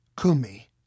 kumi